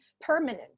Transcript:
permanent